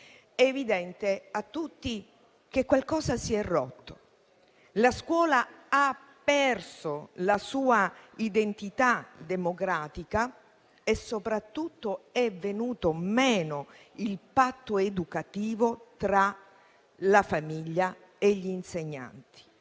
È evidente a tutti che qualcosa si è rotto. La scuola ha perso la sua identità democratica e soprattutto è venuto meno il patto educativo tra la famiglia e gli insegnanti.